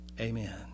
Amen